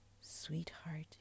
sweetheart